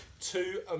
two